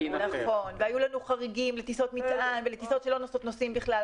והיו לנו חריגים לטיסות מטען ולטיסות שלא נושאות נוסעים בכלל.